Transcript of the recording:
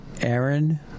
Aaron